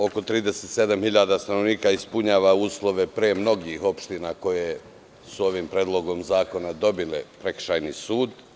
Oko 37 hiljada stanovnika pre ispunjava uslove od mnogih opština koje su ovim predlogom zakona dobile prekršajni sud.